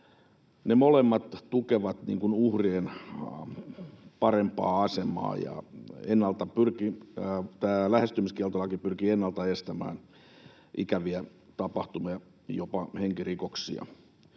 Ne molemmat tukevat uhrien parempaa asemaa, ja tämä lähestymiskieltolaki pyrkii ennalta estämään ikäviä tapahtumia, jopa henkirikoksia.